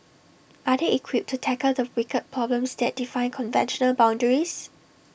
are they equipped to tackle the wicked problems that defy conventional boundaries